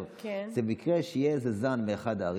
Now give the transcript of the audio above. זה מקרה שיהיה איזה זן באחת הערים,